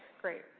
Great